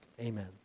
Amen